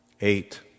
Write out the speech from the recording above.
Eight